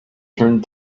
turned